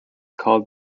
called